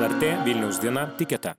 lrt vilniaus diena tiketa